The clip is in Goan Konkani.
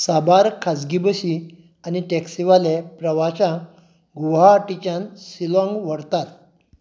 साबार खाजगी बशी आनी टॅक्सीवाले प्रवाशांग गुव्हाटीच्यान सिलाँग व्हरतात